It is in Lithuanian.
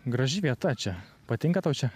graži vieta čia patinka tau čia